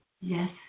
Yes